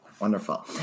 Wonderful